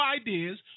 ideas